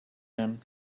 him